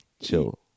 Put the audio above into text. chill